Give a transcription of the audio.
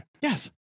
Yes